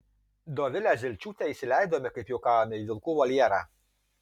dovilę zelčiūtę įsileidome kaip juokavome į vilkų voljerą